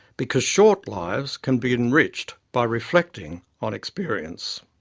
because short lives can be enriched by reflecting on experience.